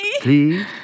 Please